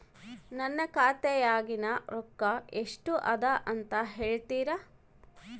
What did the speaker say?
ನನ್ನ ಖಾತೆಯಾಗಿನ ರೊಕ್ಕ ಎಷ್ಟು ಅದಾ ಅಂತಾ ಹೇಳುತ್ತೇರಾ?